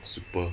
super